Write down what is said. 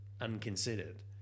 unconsidered